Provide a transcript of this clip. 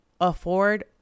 afford